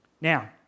Now